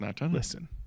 Listen